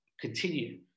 continue